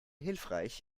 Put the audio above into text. hilfreich